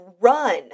run